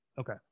Okay